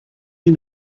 you